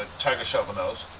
ah tiger shovelnose.